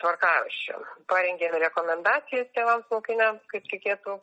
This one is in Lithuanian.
tvarkaraščio parengė rekomendacijas tėvams mokiniams kaip reikėtų